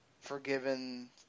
forgiven